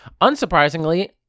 Unsurprisingly